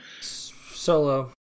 Solo